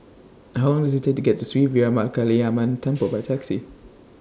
How Long Does IT Take to get to Sri Veeramakaliamman Temple By Taxi